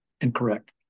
incorrect